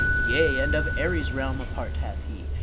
yea, and of ares' realm a part hath he.